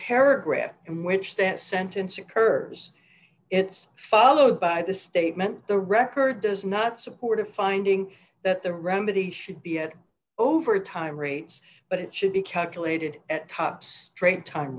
paragraph in which that sentence occurs it's followed by the statement the record does not support a finding that the remedy should be at over time rates but it should be calculated at top straight time